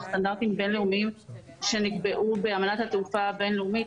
סטנדרטיים בינלאומיים שנקבעו באמנת התעופה הבינלאומית,